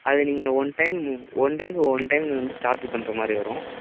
அது நீங்கள் one time one டேக்கு ஒன் டைம் வந்து சார்ஜு பண்ணுற மாதிரி வரும்